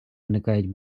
виникають